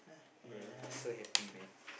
bruh I so happy man